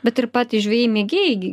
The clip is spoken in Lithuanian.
bet ir patys žvejai mėgėjai gi